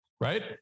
right